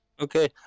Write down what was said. okay